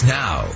now